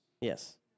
Yes